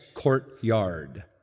courtyard